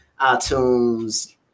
itunes